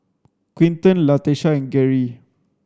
Quinten Latesha and Geri